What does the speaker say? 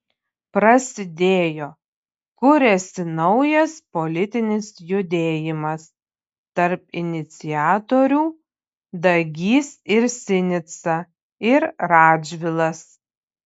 prasidėjo kuriasi naujas politinis judėjimas tarp iniciatorių dagys ir sinica ir radžvilas